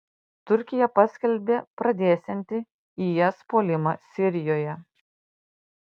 turkija paskelbė pradėsianti is puolimą sirijoje